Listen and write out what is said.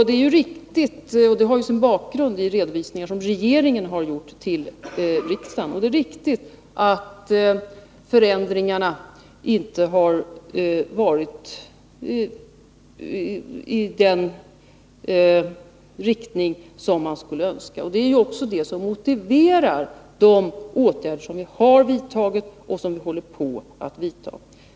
Det är riktigt — och det har vi som bakgrund i de redovisningar som regeringen har gjort till riksdagen — att förändringarna inte har gått i den riktning som man skulle önska. Det är också det som motiverar de åtgärder som vi har vidtagit och som vi håller på att vidta.